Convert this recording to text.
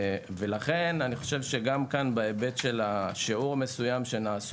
לכן גם כאן בהיבט של שיעור מסוים שנעשו